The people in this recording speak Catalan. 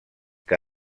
que